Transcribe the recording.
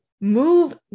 move